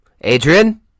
Adrian